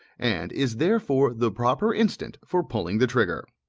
and is therefore the proper instant for pulling the trigger.